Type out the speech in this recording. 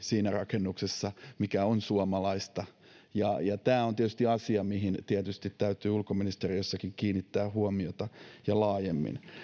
siinä rakennuksessa oikeastaan kaikki mikä on suomalaista ja ja tämä on tietysti asia mihin tietysti täytyy ulkoministeriössäkin kiinnittää huomiota ja laajemmin